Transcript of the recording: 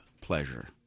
pleasure